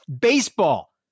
baseball